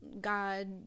god